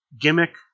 gimmick